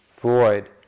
void